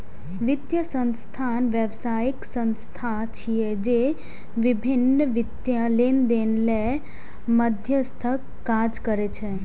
वित्तीय संस्थान व्यावसायिक संस्था छिय, जे विभिन्न वित्तीय लेनदेन लेल मध्यस्थक काज करै छै